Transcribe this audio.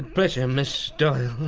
pleasure, ms doyle.